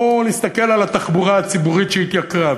או להסתכל על התחבורה הציבורית, שהתייקרה.